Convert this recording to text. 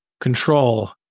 control